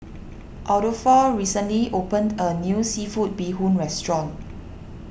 Adolfo recently opened a new Seafood Bee Hoon Restaurant